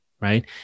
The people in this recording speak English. right